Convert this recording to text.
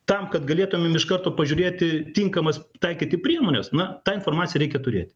tam kad galėtumėm iš karto pažiūrėti tinkamas taikyti priemones na tą informaciją reikia turėt